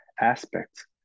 aspects